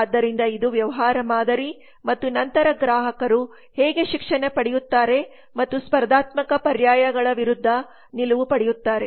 ಆದ್ದರಿಂದ ಇದು ವ್ಯವಹಾರ ಮಾದರಿ ಮತ್ತು ನಂತರ ಗ್ರಾಹಕರು ಹೇಗೆ ಶಿಕ್ಷಣ ಪಡೆಯುತ್ತಾರೆ ಮತ್ತು ಸ್ಪರ್ಧಾತ್ಮಕ ಪರ್ಯಾಯಗಳ ವಿರುದ್ಧ ನಿಲುವು ಪಡೆಯುತ್ತಾರೆ